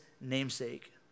namesake